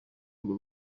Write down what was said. urwo